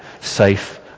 safe